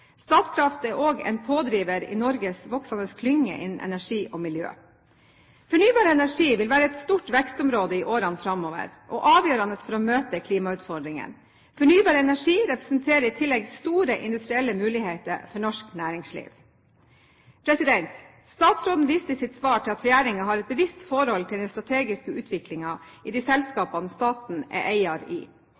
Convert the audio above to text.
Statkraft er også en pådriver i Norges voksende klynge innen energi og miljø. Fornybar energi vil være et stort vekstområde i årene framover og avgjørende for å møte klimautfordringene. Fornybar energi representerer i tillegg store industrielle muligheter for norsk næringsliv. Statsråden viste til i sitt svar at regjeringen har et bevisst forhold til den strategiske utviklingen i de selskapene staten er eier i.